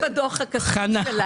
זה לא מופיע בדוח הכספי שלהם.